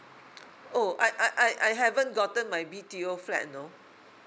oh I I I I haven't gotten my B T O flat you know